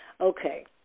Okay